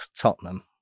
tottenham